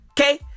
okay